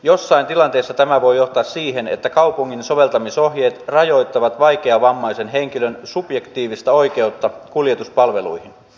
joissain tilanteissa tämä voi johtaa siihen että kaupungin soveltamisohjeet rajoittavat vaikeavammaisen henkilön subjektiivista oikeutta kuljetuspalveluihin